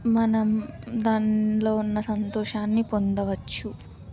మనం దానిలో ఉన్న సంతోషాన్ని పొందవచ్చు